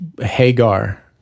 Hagar